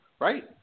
Right